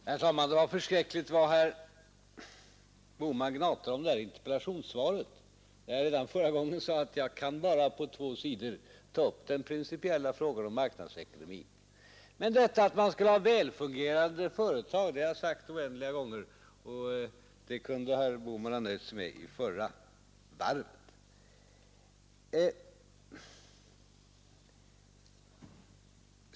Herr talman! Det är förskräckligt vad herr Bohman gnatar om detta interpellationssvar. Jag sade redan förra gången att jag bara kan ta upp den principiella frågan om marknadsekonomin. Men detta att man skall ha väl fungerande företag har jag sagt ett oändligt antal gånger. Det kunde herr Bohman ha nöjt sig med i förra varvet.